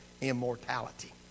immortality